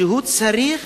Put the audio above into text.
שצריך